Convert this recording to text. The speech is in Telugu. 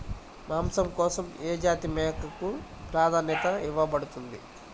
మాంసం కోసం ఏ జాతి మేకకు ప్రాధాన్యత ఇవ్వబడుతుంది?